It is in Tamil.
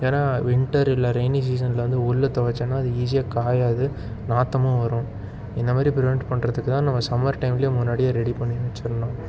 ஏனா வின்ட்டர் இல்லை ரெயினி சீசனில் வந்து உள்ளே துவைச்சேன்னா அது ஈஸியாக காயாது நாற்றமும் வரும் இந்த மாதிரி ப்ரிவென்ட் பண்ணுறதுக்குதான் நம்ம சம்மர் டைம்லேயும் முன்னாடியே ரெடி பண்ணி வச்சுர்ணும்